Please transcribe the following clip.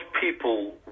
people